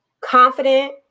Confident